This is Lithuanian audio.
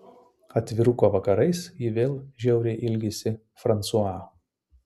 atviruko vakarais ji vėl žiauriai ilgisi fransua